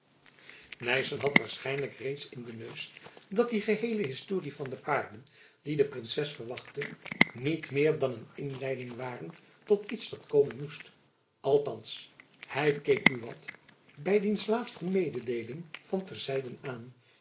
nyssen had waarschijnlijk reeds in den neus dat die geheele historie van de paarden die de princes verwachtte niet meer dan een inleiding waren tot iets dat komen moest althands hy keek buat by diens laatste mededeeling van ter zijden aan